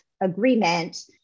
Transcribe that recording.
agreement